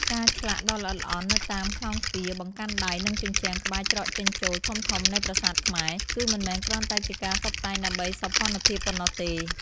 ការឆ្លាក់ដ៏ល្អិតល្អន់នៅតាមក្លោងទ្វារ បង្កាន់ដៃ និងជញ្ជាំងក្បែរច្រកចេញចូលធំៗនៃប្រាសាទខ្មែរ គឺមិនមែនគ្រាន់តែជាការតុបតែងដើម្បីសោភ័ណភាពប៉ុណ្ណោះទេ។